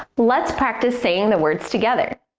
let's practice saying the words together.